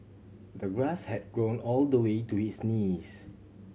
the grass had grown all the way to his knees